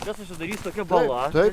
čia susidarys tokia bala